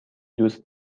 دوست